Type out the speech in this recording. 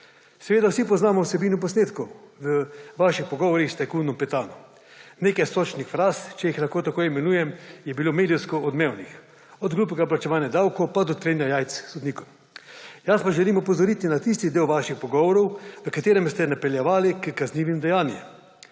Seveda vsi poznamo vsebino posnetkov v vaših pogovorih s tajkunom Petanom, nekaj sočnih fraz, če jih lahko tako imenujem, je bilo medijsko odmevnih, od glupega plačevanja davkov pa do trenja jajc sodnikom. Jaz pa želim opozoriti na tisti del vaših pogovorov, v katerem ste napeljevali h kaznivim dejanjem.